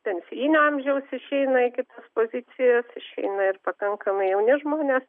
pensijinio amžiaus išeina į kitas pozicijas išeina ir pakankamai jauni žmonės